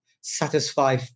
satisfy-